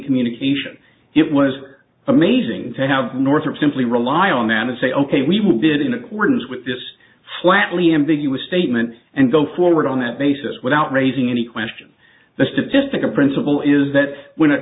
communication it was amazing to have northrop simply rely on that and say ok we will bid in accordance with this flatly ambiguous statement and go forward on that basis without raising any question the statistical principle is that when